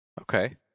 Okay